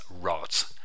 Rot